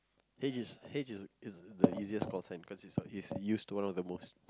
H is H is is the easiest call sign because it's a it's used one of the most